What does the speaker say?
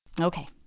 Okay